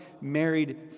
married